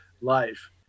life